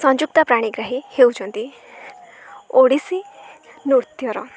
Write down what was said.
ସଂଯୁକ୍ତା ପ୍ରାଣୀଗ୍ରାହୀ ହେଉଛନ୍ତି ଓଡ଼ିଶୀ ନୃତ୍ୟର